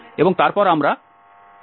এবং তারপর আমরা drdθগণনা করতে পারি